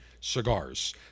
cigars